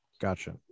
gotcha